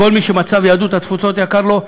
כל מי שמצב יהדות התפוצות יקר לו,